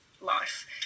life